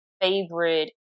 favorite